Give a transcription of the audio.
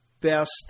best